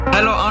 Hello